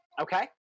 Okay